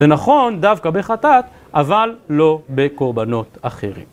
ונכון, דווקא בחטאת, אבל לא בקורבנות אחרים.